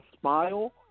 smile